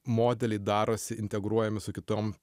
modelį darosi integruojami su kitom